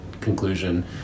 conclusion